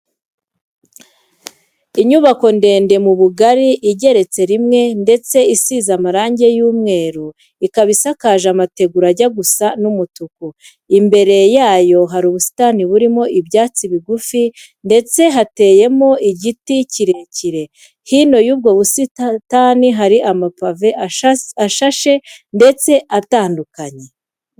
Inyubako ndende mu bugari igeretse rimwe ndetse isize amarange y'umweru ikaba isakaje amategura ajya gusa n'umutuku, imbere yayo hari ubusitani burimo ibyatsi bigufi ndetse hateyemo igiti kirekire. Hino y'ubwo busitani hari amapave ashashe nndetse atandukanye.